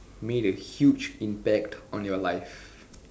made a huge impact on your life